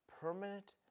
permanent